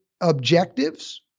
objectives